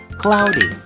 cloudy